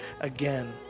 again